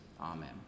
amen